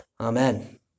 Amen